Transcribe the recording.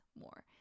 more